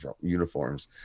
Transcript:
uniforms